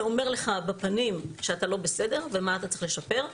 שאומר לך בפנים שאתה לא בסדר ומה אתה צריך לשפר,